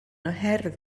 oherwydd